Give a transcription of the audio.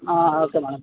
okay madam